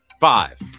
Five